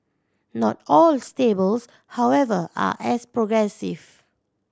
not all stables however are as progressive